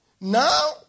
Now